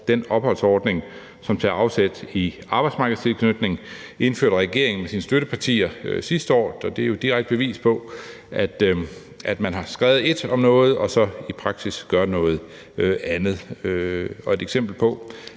Den opholdsordning, som tager afsæt i arbejdsmarkedstilknytning, indførte regeringen med sine støttepartier sidste år, og det er jo et direkte bevis på, at man har skrevet ét om noget, og så gør man i praksis noget andet. Og det er et